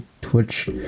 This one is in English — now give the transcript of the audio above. Twitch